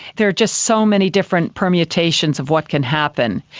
there are just so many different permutations of what can happen.